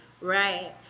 Right